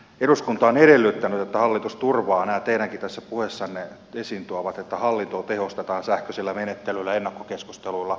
eduskuntahan on edellyttänyt että hallitus turvaa tämän teidänkin puheessanne esiin tuoman että hallintoa tehostetaan sähköisellä menettelyllä ennakkokeskusteluilla